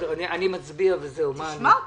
תשמע אותם.